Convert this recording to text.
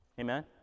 Amen